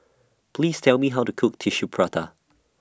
Please Tell Me How to Cook Tissue Prata